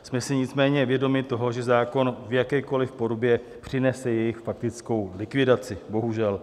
Jsme si nicméně vědomi toho, že zákon v jakékoli podobě přinese jejich faktickou likvidaci, bohužel.